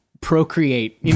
procreate